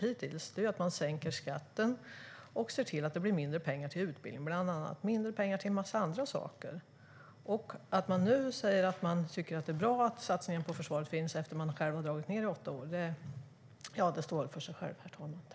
Hittills har man sänkt skatten och sett till att det blir mindre pengar till utbildning och mindre pengar till en massa andra saker. Att man nu, efter att ha dragit ned under åtta år, säger att det är bra att satsningen på försvaret finns talar för sig självt.